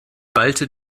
ballte